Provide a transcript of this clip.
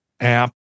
app